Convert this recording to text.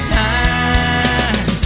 time